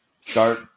start